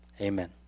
Amen